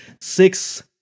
six